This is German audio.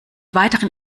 weiteren